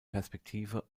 perspektive